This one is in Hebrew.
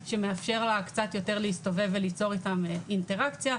שמאפשר לה קצת יותר להסתובב וליצור איתם אינטראקציה,